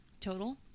Total